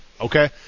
Okay